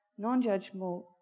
non-judgmental